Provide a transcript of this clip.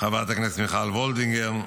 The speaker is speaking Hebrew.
וחברת הכנסת מיכל וולדיגר,